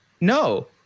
No